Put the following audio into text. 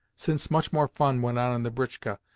since much more fun went on in the britchka.